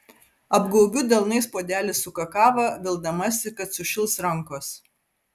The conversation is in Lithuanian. apgaubiu delnais puodelį su kakava vildamasi kad sušils rankos